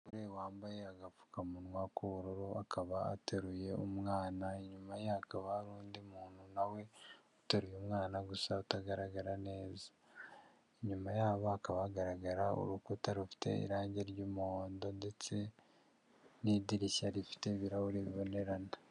Umugore wambaye agapfukamunwa k'ubururu, akaba ateruye umwana, inyuma ye hakaba hari undi muntu nawe utaruye umwana gusa utagaragara neza, inyuma yabo hakaba hagaragara urukuta rufite irangi ry'umuhondo ndetse n'idirishya rifite ibirahuri bibonerana.